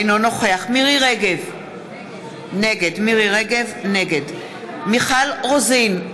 אינו נוכח מירי רגב, נגד מיכל רוזין,